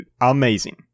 amazing